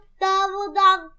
double-dog